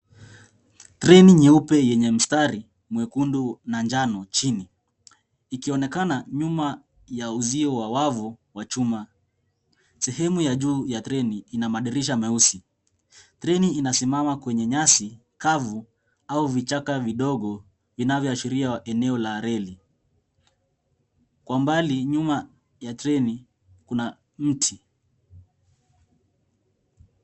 Treni nyeupe yenye mstari mwekundu na njano chini ikionekana nyuma ya uzio wa wavu wa chuma. Sehemu ya juu ya treni ina madirisha meusi. Treni inasimama kwenye nyasi kavu au vichaka vidogo inavyoashiria eneo la reli. Kwa mbali, nyuma ya treni, kuna mti.